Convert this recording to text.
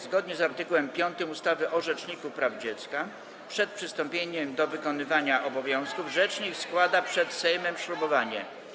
Zgodnie z art. 5 ustawy o Rzeczniku Praw Dziecka przed przystąpieniem do wykonywania obowiązków rzecznik składa przed Sejmem ślubowanie.